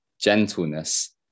gentleness